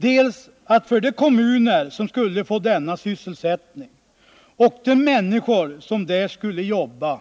Den första är att för de kommuner som skulle få denna sysselsättning och för de människor som skulle jobba